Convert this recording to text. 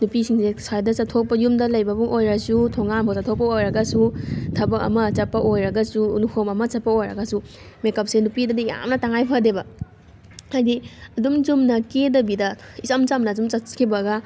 ꯅꯨꯄꯤꯁꯤꯡꯁꯦ ꯑꯁ꯭ꯋꯥꯏꯗ ꯆꯠꯊꯣꯛꯄ ꯌꯨꯝꯗ ꯂꯩꯕꯕꯨ ꯑꯣꯏꯔꯁꯨ ꯊꯣꯡꯒꯥꯟꯐꯥꯎ ꯆꯠꯊꯣꯛꯄ ꯑꯣꯏꯔꯒꯁꯨ ꯊꯕꯛ ꯑꯃ ꯆꯠꯄ ꯑꯣꯏꯔꯒꯁꯨ ꯂꯨꯍꯣꯡꯕ ꯑꯃ ꯆꯠꯄ ꯑꯣꯏꯔꯒꯁꯨ ꯃꯦꯀꯞꯁꯦ ꯅꯨꯄꯤꯗꯗꯤ ꯌꯥꯝꯅ ꯇꯉꯥꯏ ꯐꯗꯦꯕ ꯍꯥꯏꯗꯤ ꯑꯗꯨꯝ ꯆꯨꯝꯅ ꯀꯦꯗꯕꯤꯗ ꯏꯆꯝ ꯆꯝꯅ ꯁꯨꯝ ꯆꯠꯈꯤꯕꯒ